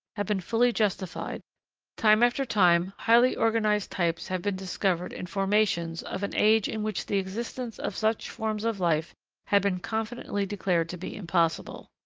have been fully justified time after time, highly organised types have been discovered in formations of an age in which the existence of such forms of life had been confidently declared to be impossible.